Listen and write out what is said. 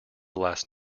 last